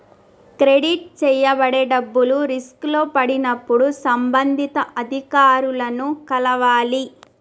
credit చేయబడే డబ్బులు రిస్కులో పడినప్పుడు సంబంధిత అధికారులను కలవాలి